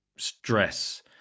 stress